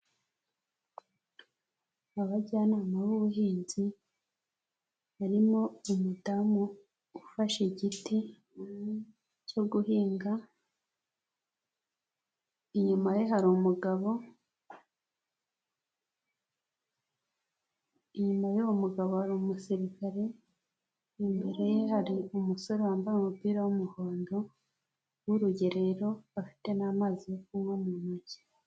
Abajyanama b'ubuhinzi barimo umudamu ufashe igiti cyo guhinga, inyuma ye hari umugabo, inyuma y'uwo mugabo hari umusirikare, imbere ye hari umusore wambaye umupira w'umuhondo w'urugerero, afite n'amazi yo kunywa mu ntoki.